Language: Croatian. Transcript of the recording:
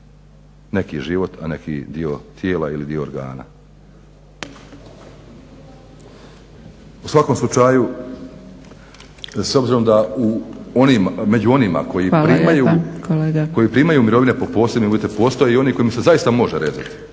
neki život, a neki dio tijela ili dio organa. U svakom slučaju s obzirom da među onima koji primaju mirovine po posebnim uvjetima … …/Upadica Zgrebec: